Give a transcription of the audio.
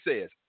says